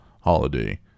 holiday